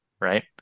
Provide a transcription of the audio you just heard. right